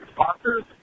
sponsors